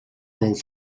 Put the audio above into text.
both